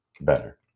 better